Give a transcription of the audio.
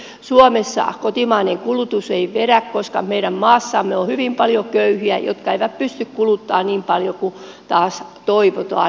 suomessa kotimainen kulutus ei vedä koska meidän maassamme on hyvin paljon köyhiä jotka eivät pysty kuluttamaan niin paljon kuin taas toivotaan